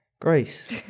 Grace